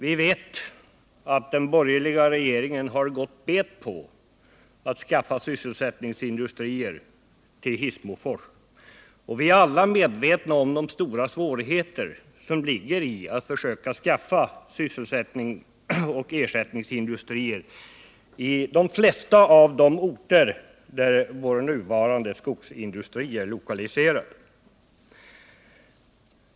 Vi vet att den borgerliga regeringen har gått bet på att skaffa sysselsättningsindustrier till Hissmofors, och vi är alla medvetna om de stora svårigheter som föreligger när det gäller att försöka skaffa sysselsättning och ersättningsindustrier på de flesta av de orter där vår nuvarande skogsindustri är lokaliserad.